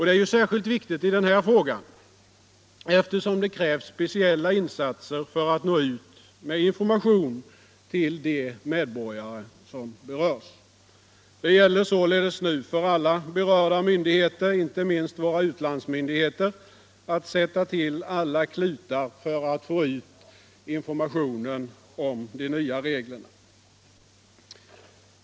Det är särskilt viktigt i den här frågan, eftersom det krävs speciella insatser för att nå ut med information till de medborgare som berörs. Det gäller således nu för alla berörda myndigheter, inte minst våra utlandsmyndigheter, att sätta till alla klutar för att få ut information om de nya reglerna.